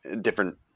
different